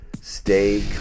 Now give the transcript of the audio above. stay